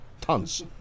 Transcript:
Tons